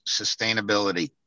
sustainability